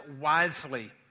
wisely